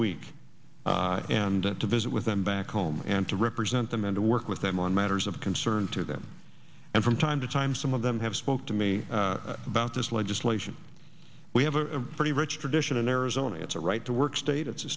week and to visit with them back home and to represent them in to work with them on matters of concern to them and from time to time some of them have spoke to me about this legislation we have a pretty rich tradition in errors i mean it's a right to work state it's a